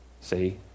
See